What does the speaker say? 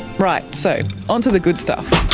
but so, onto the good stuff,